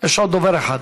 יש עוד דובר אחד.